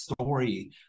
story